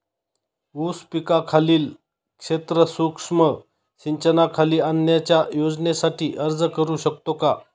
ऊस पिकाखालील क्षेत्र सूक्ष्म सिंचनाखाली आणण्याच्या योजनेसाठी अर्ज करू शकतो का?